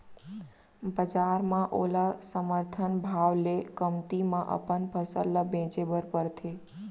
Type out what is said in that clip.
बजार म ओला समरथन भाव ले कमती म अपन फसल ल बेचे बर परथे